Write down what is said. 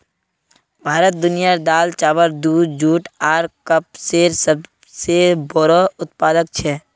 भारत दुनियार दाल, चावल, दूध, जुट आर कपसेर सबसे बोड़ो उत्पादक छे